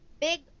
big